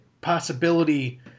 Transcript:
possibility –